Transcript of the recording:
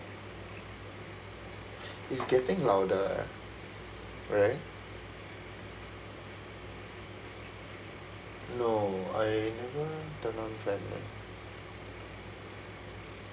it's getting louder eh right no I never turn on fan leh